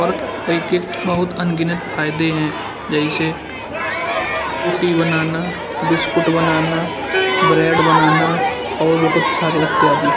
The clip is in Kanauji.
और एक एक बहुत अंगिनत फायदे हैं जैसे रोटी बनाना, बिस्किट बनाना, ब्रेड बनाना और बहुत सारे इत्यादि।